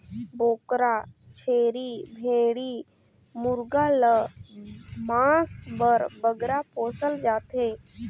बोकरा, छेरी, भेंड़ी मुरगा ल मांस बर बगरा पोसल जाथे